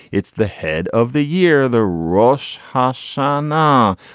it's the head of the year the rosh hashana.